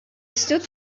stood